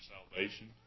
salvation